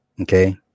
Okay